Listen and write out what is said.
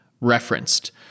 referenced